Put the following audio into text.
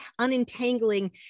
unentangling